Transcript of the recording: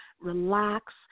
relax